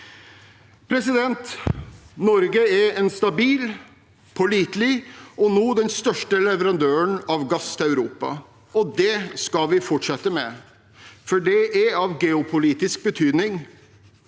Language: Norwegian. Norge er stabil og pålitelig og nå den største leverandøren av gass til Europa, og det skal vi fortsette med, for det er av geopolitisk betydning.